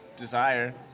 desire